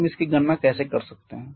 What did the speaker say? हम इसकी गणना कैसे कर सकते हैं